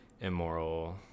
immoral